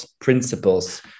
principles